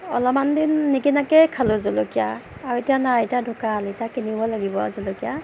অলপমান দিন নিকিনাকে খালোঁ জলকীয়া আৰু এতিয়া নাই এতিয়া ঢুকাল এতিয়া কিনিব লাগিব আৰু জলকীয়া